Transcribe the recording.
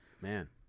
Man